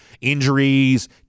Injuries